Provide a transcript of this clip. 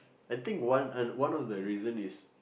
I think one one of the reason is